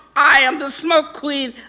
i am the smoke queen.